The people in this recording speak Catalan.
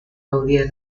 gaudia